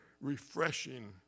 Refreshing